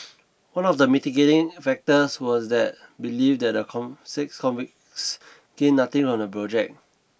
one of the mitigating factors was that belief that the six convicts gained nothing on the project